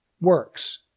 works